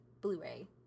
Blu-ray